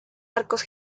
arcos